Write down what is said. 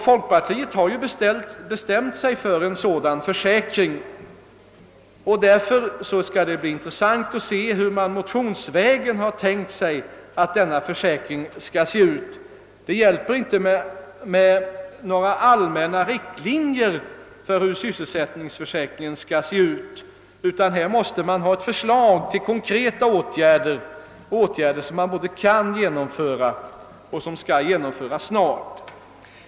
Folkpartiet har ju bestämt sig för en sådan försäkring, och det skall därför bli intressant att i motionerna se hur de tänkt sig att försäkringen skall se ut, ty det hjälper inte med några allmänna riktlinjer beträffande sysselsättningsförsäkringen utan det krävs förslag till konkreta åtgärder som kan genomföras, och detta snart.